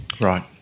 Right